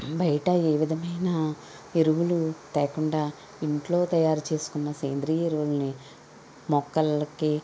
బయట ఏవిధమైన ఎరువులు తేకుండా ఇంట్లో తయారు చేసుకున్న సేంద్రీయ ఎరువులని మొక్కలకి